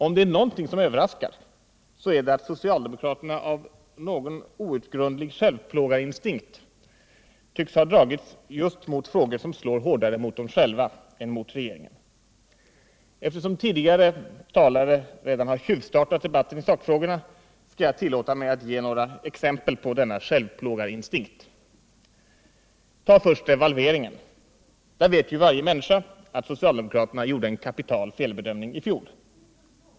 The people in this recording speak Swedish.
Om det är någonting som överraskar, så är det att socialdemokraterna av någon outgrundlig självplågarinstinkt tycks ha dragits mot frågor som slår hårdare mot dem själva än mot regeringen. Eftersom tidigare talare redan har tjuvstartat debatten i sakfrågorna, skall jag tillåta mig att ge några exempel på denna självplågarinstinkt. Ta först devalveringen! Där vet ju varje människa att socialdemokraterna gjorde en kapital felbedömning i fjol.